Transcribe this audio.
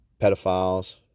pedophiles